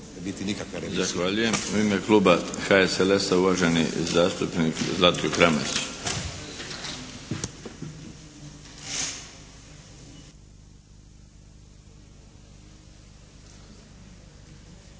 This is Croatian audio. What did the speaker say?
Zahvaljujem. U ime kluba HSLS-a uvaženi zastupnik Zlatko Kramarić.